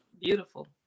beautiful